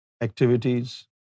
activities